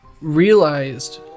realized